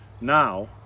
now